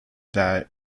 that